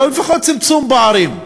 אבל לפחות צמצום פערים.